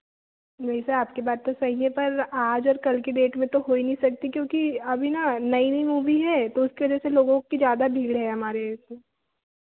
नहीं सर आपकी बात तो सही है पर आज और कल की डेट में तो हो ही नहीं सकती क्योंकि अभी ना नई नई मूवी है तो उसके वजह से लोगों की ज़्यादा भीड़ है हमारे सर